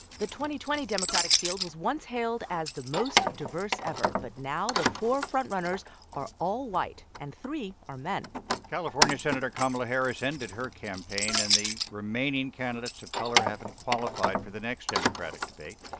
twenty twenty democratic field was once hailed as the most diverse ever. but now the four frontrunners are all white, and three are men california senator kamala harris ended her campaign, and the remaining candidates of color haven't qualified for the next democratic debate.